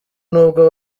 nubwo